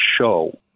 show